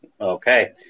Okay